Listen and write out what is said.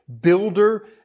builder